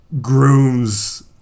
grooms